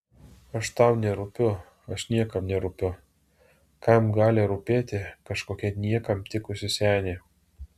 aš tau nerūpiu aš niekam nerūpiu kam gali rūpėti kažkokia niekam tikusi senė